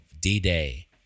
D-Day